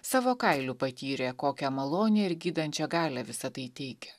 savo kailiu patyrė kokią malonią ir gydančią galią visa tai teikia